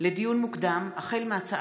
כ"ו בניסן התש"ף,